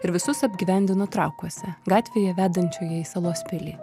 ir visus apgyvendino trakuose gatvėje vedančioje į salos pilį